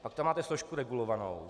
Pak tam máte složku regulovanou.